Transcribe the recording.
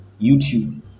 YouTube